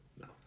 No